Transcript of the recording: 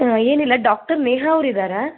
ಹಾಂ ಏನಿಲ್ಲ ಡಾಕ್ಟ್ರ್ ನೇಹಾ ಅವ್ರು ಇದ್ದಾರಾ